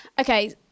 Okay